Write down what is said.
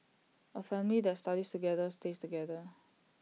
A family that studies together stays together